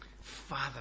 Father